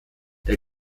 der